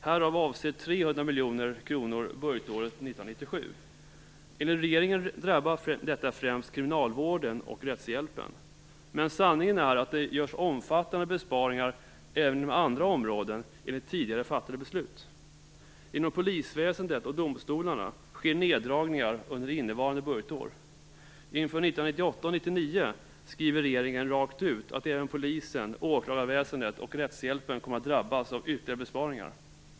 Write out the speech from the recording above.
Härav avser 300 miljoner kronor budgetåret 1997. Enligt regeringen drabbar detta främst kriminalvården och rättshjälpen. Men sanningen är att det görs omfattande besparingar även inom andra områden enligt tidigare fattade beslut. Inom polisväsendet och domstolarna sker neddragningar under innevarande budgetår. Inför 1998 och 1999 skriver regeringen rakt ut att även polisen, åklagarväsendet och rättshjälpen kommer att drabbas av ytterligare besparingar.